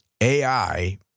ai